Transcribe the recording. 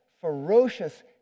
ferocious